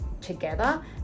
together